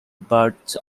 birds